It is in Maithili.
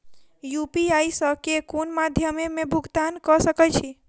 यु.पी.आई सऽ केँ कुन मध्यमे मे भुगतान कऽ सकय छी?